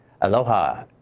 aloha